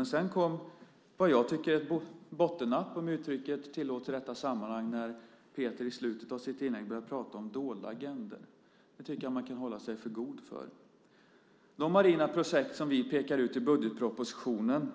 Men sedan kom vad jag tycker var ett bottennapp, om uttrycket tillåts i det här sammanhanget, när Peter i slutet av sitt inlägg började prata om dolda agendor. Det tycker jag att man hålla sig för god för. De marina projekt som vi pekar ut i budgetpropositionen